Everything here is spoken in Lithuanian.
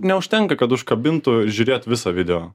neužtenka kad užkabintų žiūrėt visą video